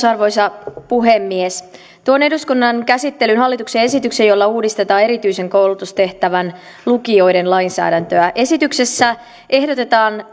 arvoisa puhemies tuon eduskunnan käsittelyyn hallituksen esityksen jolla uudistetaan erityisen koulutustehtävän lukioiden lainsäädäntöä esityksessä ehdotetaan